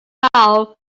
foul